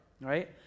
right